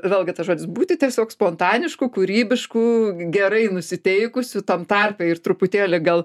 vėlgi tas žodis būti tiesiog spontanišku kūrybišku gerai nusiteikusiu tam tarpe ir truputėlį gal